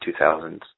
2000s